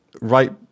right